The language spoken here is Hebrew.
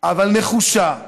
אבל נחושה: